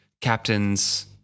captain's